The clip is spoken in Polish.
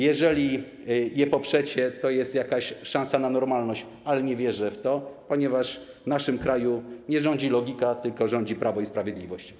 Jeżeli poprzecie nasze propozycje, to jest jakaś szansa na normalność, ale nie wierzę w to, ponieważ w naszym kraju nie rządzi logika, tylko rządzi Prawo i Sprawiedliwość.